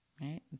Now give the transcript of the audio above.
right